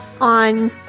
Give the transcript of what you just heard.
on